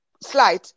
slide